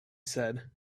said